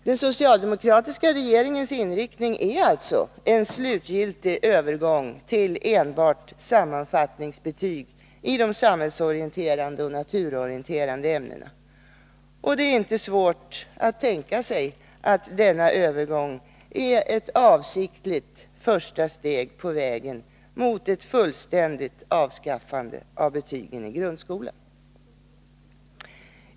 Den socialdemokratiska regeringens inriktning är alltså en slutgiltig övergång till enbart sammanfattningsbetyg i de samhällsorienterande och naturorienterade ämnena. Det är inte svårt att tänka sig att denna övergång är ett första steg på vägen mot ett fullständigt avskaffande av betygen i grundskolan.